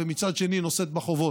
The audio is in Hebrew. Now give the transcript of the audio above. ומצד שני היא נושאת בחובות.